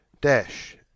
dash